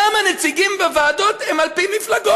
גם הנציגים בוועדות הם על פי מפלגות,